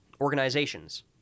organizations